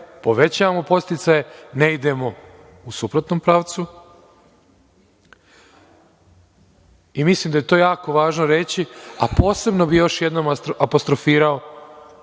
povećavamo podsticaje, ne idemo u suprotnom pravcu, mislim da je to jako važno reći. Posebno bih još jednom apostrofirao